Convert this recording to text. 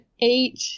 eight